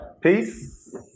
peace